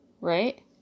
Right